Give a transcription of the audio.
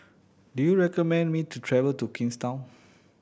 do you recommend me to travel to Kingstown